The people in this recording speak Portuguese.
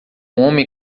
homem